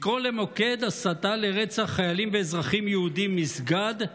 לקרוא למוקד הסתה לרצח חיילים ואזרחים יהודים "מסגד",